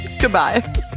Goodbye